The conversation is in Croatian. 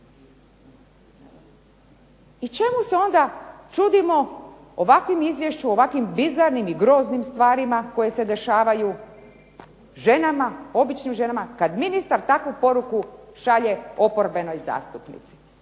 i čemu se onda čudimo ovakvom Izvješću, ovakvim bizarnim i groznim stvarima koje se dešavaju, ženama običnim ženama, kada ministar takvu poruku šalje oporbenoj zastupnici.